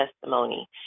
testimony